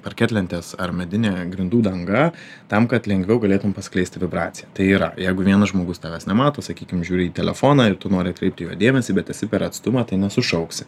parketlentės ar medinė grindų danga tam kad lengviau galėtum paskleisti vibraciją tai yra jeigu vienas žmogus tavęs nemato sakykim žiūri į telefoną ir tu nori atkreipti jo dėmesį bet esi per atstumą tai nesušauksi